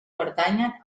pertanyen